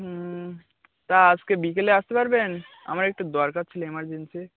হুম তা আজকে বিকেলে আসতে পারবেন আমার একটু দরকার ছিল এমার্জেন্সি